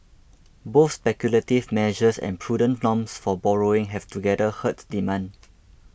both speculative measures and prudent norms for borrowing have together hurts demand